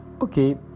okay